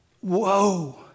whoa